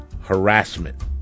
harassment